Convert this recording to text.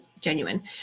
genuine